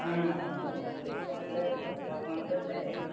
ହଁ ଗଲେ ଭଲ ହୁଅନ୍ତା ଯେ